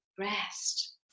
rest